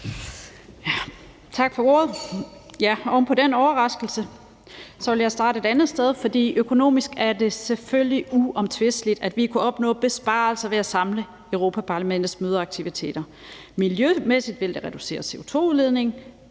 Tak for ordet.